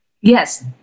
Yes